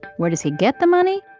where does he get the money?